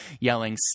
yelling